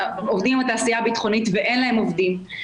עובדים עם התעשייה הביטחונית ואין להם עובדים.